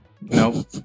Nope